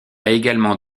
également